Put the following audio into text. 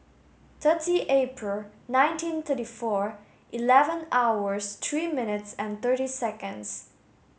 thirty April nineteen thirty four eleven hours three minutes and thirteen seconds